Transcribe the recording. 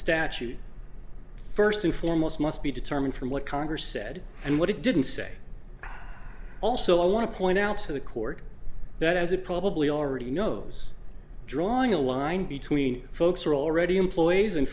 statute first and foremost must be determined from what congress said and what it didn't say also i want to point out to the court that as it probably already knows drawing a line between folks are already employees and